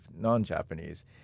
non-Japanese